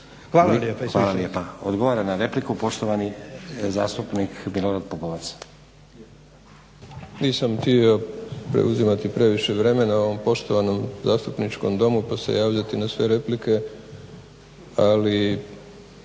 Hvala lijepa. Odgovara na repliku poštovani zastupnik Milorad Pupovac. **Pupovac, Milorad (SDSS)** Nisam htio preuzimati previše vremena u ovom poštovanom Zastupničkom domu pa se javljati na sve replike ali